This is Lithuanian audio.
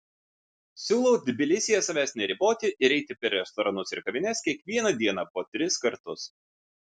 siūlau tbilisyje savęs neriboti ir eiti per restoranus ir kavines kiekvieną dieną po tris kartus